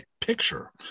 picture